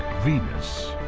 venus,